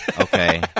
Okay